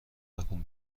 نکن